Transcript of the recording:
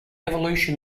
evolution